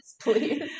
please